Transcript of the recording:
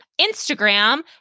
Instagram